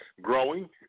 growing